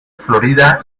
florida